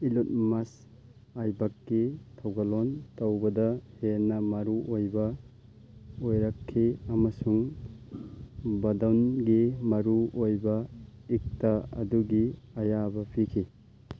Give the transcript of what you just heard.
ꯏꯂꯨꯠꯃꯁ ꯑꯥꯏꯕꯛꯀꯤ ꯊꯧꯒꯜꯂꯣꯟ ꯇꯧꯕꯗ ꯍꯦꯟꯅ ꯃꯔꯨ ꯑꯣꯏꯕ ꯑꯣꯏꯔꯛꯈꯤ ꯑꯃꯁꯨꯡ ꯕꯗꯝꯒꯤ ꯃꯔꯨ ꯑꯣꯏꯕ ꯏꯛꯇꯥ ꯑꯗꯨꯒꯤ ꯑꯌꯥꯕ ꯄꯤꯈꯤ